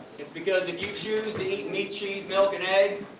it's because, if you choose to eat meat, cheese, milk and eggs,